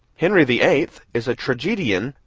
henry the eighth is a tragedian,